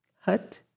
hut